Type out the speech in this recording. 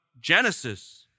Genesis